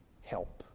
help